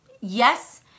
yes